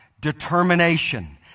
determination